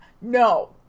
No